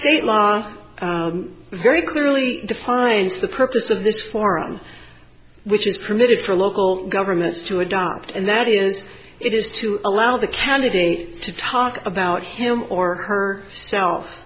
state law very clearly defines the purpose of this forum which is permitted for local governments to adopt and that is it is to allow the candidate to talk about him or her self